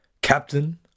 captain